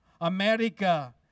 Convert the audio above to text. America